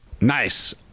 Nice